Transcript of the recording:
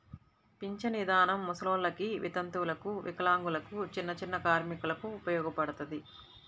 పింఛను ఇదానం ముసలోల్లకి, వితంతువులకు, వికలాంగులకు, చిన్నచిన్న కార్మికులకు ఉపయోగపడతది